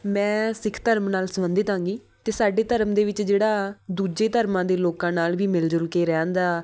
ਮੈਂ ਸਿੱਖ ਧਰਮ ਨਾਲ ਸੰਬੰਧਿਤ ਆਂਗੀ ਅਤੇ ਸਾਡੇ ਧਰਮ ਦੇ ਵਿੱਚ ਜਿਹੜਾ ਦੂਜੇ ਧਰਮਾਂ ਦੇ ਲੋਕਾਂ ਨਾਲ ਵੀ ਮਿਲ ਜੁਲ ਕੇ ਰਹਿਣ ਦਾ